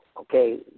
okay